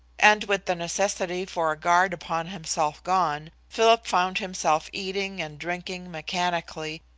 and with the necessity for a guard upon himself gone, philip found himself eating and drinking mechanically,